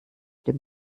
dem